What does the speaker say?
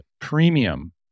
Premium